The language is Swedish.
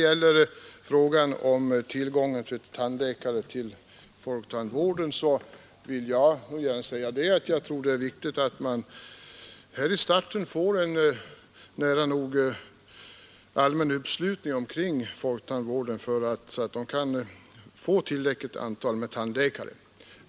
I fråga om tillgången på tandläkare vid folktandvården tror jag det är viktigt att det i starten blir en nära nog allmän uppslutning kring folktandvården så att den kan få tillräckligt antal tandläkare.